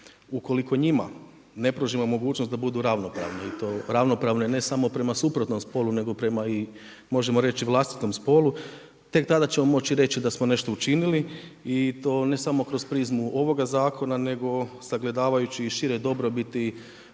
Ukoliko njima ne pružimo mogućnost da budu ravnopravne i to ravnopravne ne samo prema suprotnom spolu nego prema i možemo reći i vlastitom spolu, tek tada ćemo moći reći da smo nešto i učinili i to ne samo kroz prizmu ovoga zakona nego sagledavajući i šire dobrobiti